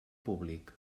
públic